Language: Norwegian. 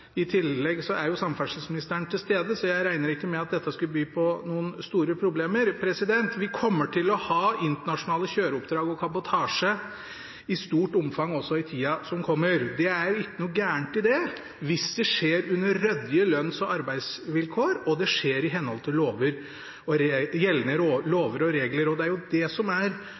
I tillegg er samferdselsministeren til stede, så jeg regner ikke med at dette skal by på noen store problemer. Vi kommer til å ha internasjonale kjøreoppdrag og kabotasje i stort omfang også i tida som kommer. Det er ikke noe galt i det hvis det skjer under ryddige lønns- og arbeidsvilkår og i henhold til gjeldende lover og